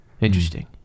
Interesting